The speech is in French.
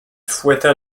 fouetta